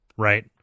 Right